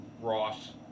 Ross